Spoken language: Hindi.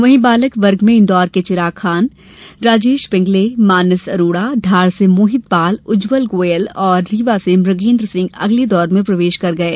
वहीं बालक वर्ग में इंदौर के चिराग खान राजेश पिंगले मानस अरोड़ा धार से मोहित पाल उज्जवल गोयल और रीवा से मृगेन्द्र सिंह अगले दौर में प्रवेश कर गये